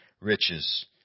riches